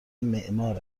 معمار